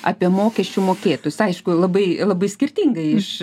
apie mokesčių mokėtojus aišku labai labai skirtingai iš